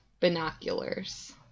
binoculars